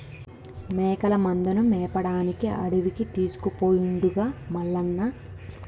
మేకల మందను మేపడానికి అడవికి తీసుకుపోయిండుగా మల్లన్న